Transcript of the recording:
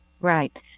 right